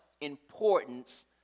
importance